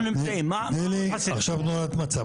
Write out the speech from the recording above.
תני לי עכשיו תמונת מצב,